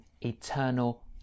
eternal